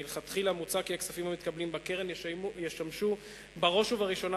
מוצע כי הכספים המתקבלים בקרן ישמשו בראש ובראשונה,